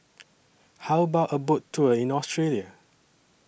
How about A Boat Tour in Australia